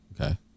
Okay